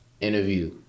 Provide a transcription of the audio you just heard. interview